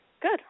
good